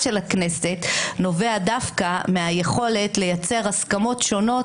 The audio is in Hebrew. של הכנסת נובע דווקא מהיכולת לייצר הסכמות שונות